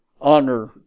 honor